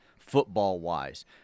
football-wise